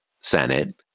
Senate